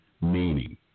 Meaning